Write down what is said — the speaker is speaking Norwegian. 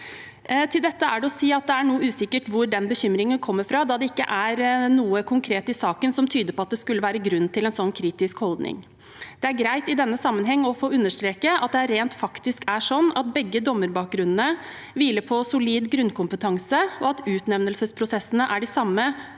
Til dette er det å si at det er noe usikkert hvor den bekymringen kommer fra, da det ikke er noe konkret i saken som tyder på at det skulle være grunn til en sånn kritisk holdning. Det er greit i denne sammenheng å understreke at det rent faktisk er sånn at begge dommerbakgrunnene hviler på solid grunnkompetanse, og at utnevnelsesprosessene er de samme,